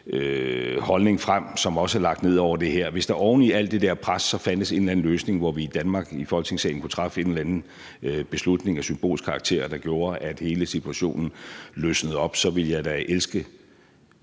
holdning, og det er også lagt ned over det her. Hvis der oven i alt det der pres så fandtes en eller anden løsning, hvor vi i Danmark i Folketingssalen kunne træffe en eller anden beslutning af symbolsk karakter, der gjorde, at hele situationen løsnede op, så ville jeg da elske